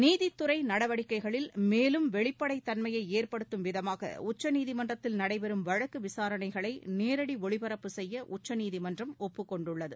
நீதித்துறை நடவடிக்கைகளில் மேலும் வெளிப்படைத் தன்மையை ஏற்படுத்தும் விதமாக உச்சநீதிமன்றத்தில் நடைபெறும் வழக்கு விசாரணைகளை நேரடி ஒளிபரப்பு செய்ய உச்சநீதிமன்றம் ஒப்புக் கொண்டுள்ளது